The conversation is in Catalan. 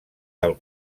del